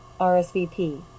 RSVP